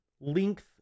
length